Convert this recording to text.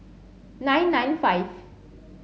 nine nine five